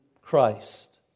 Christ